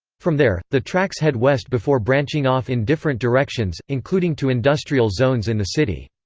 from there, the tracks head west before branching off in different directions, including to industrial zones in the city.